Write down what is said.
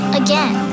again